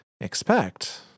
Expect